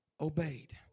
obeyed